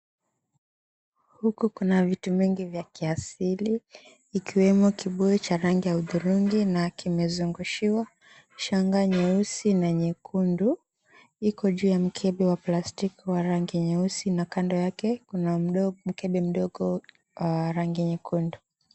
Huku kuna vitu vingi vya ki asili ikiwemo kibuyu cha rangi ya hudhurungi na kimezungushiwa shanga nyeusi na nyekundu iko juu ya mkebe wa rangi wa plastiki wa rangi nyeusi na kando yake kuna mkebe mdogo wa rangi nyekundu.